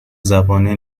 زبانه